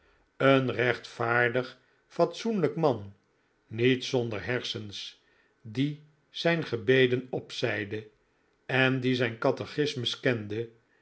een rechtvaardig fatsoenlijk man niet zonder hersens die zijn gebeden opzeide en die zijn catechismus kende